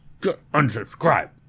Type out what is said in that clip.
unsubscribe